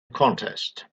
contest